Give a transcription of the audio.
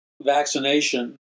vaccination